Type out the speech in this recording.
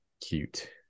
cute